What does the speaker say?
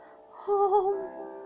home